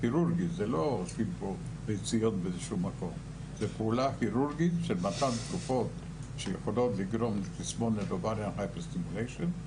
כירורגית של מתן תרופות שיכולות לגרום לתסמונת היפר סטימולשן,